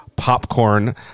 Popcorn